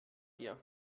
dir